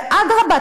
ואדרבה,